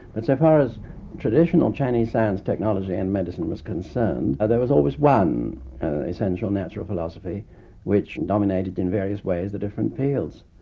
but so far as traditional chinese science, technology and medicine were concerned, there was always one essential natural philosophy which dominated in various ways the different fields.